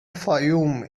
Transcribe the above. fayoum